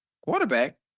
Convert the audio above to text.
Quarterback